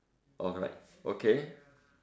alright okay